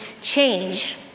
change